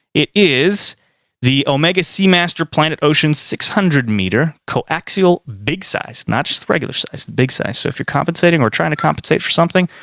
it is the omega seamaster planet ocean six hundred meter co-axial big size. not just the regular size, the big size. so if you're compensating or trying to compensate for something.